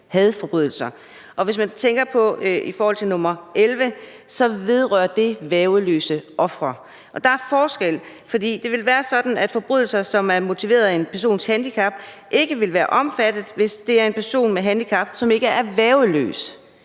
hadforbrydelser, hvor det i forhold til nr. 11 vedrører værgeløse ofre. Og der er forskel, for det vil være sådan, at forbrydelser, som er motiveret af en persons handicap, ikke vil være omfattet, hvis det er en person med et handicap, som ikke er værgeløs.